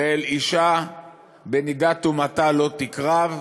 "ואל אשה בנדת טמאתה לא תקרב",